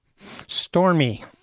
Stormy